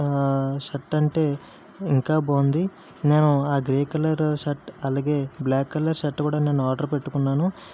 shirt అంటే ఇంకా బాగుంది నేను ఆ గ్రే కలర్ షర్ట్ అలాగే బ్లాక్ కలర్ షర్ట్ కూడా నేను ఆర్డర్ పెట్టుకున్నాను